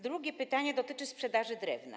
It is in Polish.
Drugie pytanie dotyczy sprzedaży drewna.